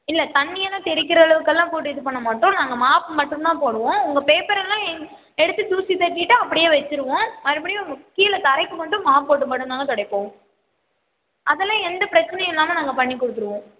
இல்லை தண்ணியெல்லாம் தெறிக்கின்ற அளவுக்குலாம் போட்டு இது பண்ண மாட்டோம் நாங்கள் மாப் மட்டும் தான் போடுவோம் உங்கள் பேப்பர்லாம் எங் எடுத்து தூசி தட்டிவிட்டு அப்படியே வச்சிடுவோம் மறுபடியும் கீழே தரைக்கு மட்டும் மாப் போட்டு மட்டும் தாங்க துடைப்போம் அதலாம் எந்த பிரச்சனையும் இல்லாமல் நாங்கள் பண்ணிக் கொடுத்துருவோம்